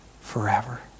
forever